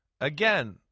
Again